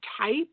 type